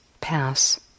pass